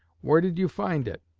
where did you find it